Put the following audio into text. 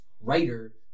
writer